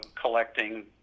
collecting